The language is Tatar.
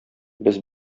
без